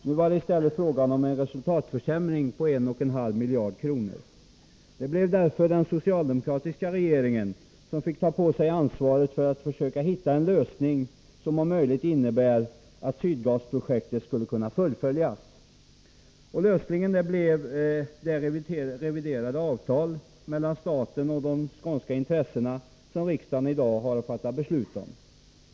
Det var i stället fråga om en resultatförsämring på 1,5 miljarder kronor. Det blev därför den socialdemokratiska regeringen som fick ta på sig ansvaret för att försöka hitta en lösning som innebar att Sydgasprojektet om möjligt skulle kunna fullföljas. Lösningen blev det reviderade avtal mellan staten och de skånska intressena som riksdagen i dag har att fatta beslut om.